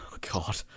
God